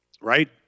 Right